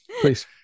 please